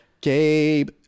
Gabe